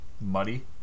muddy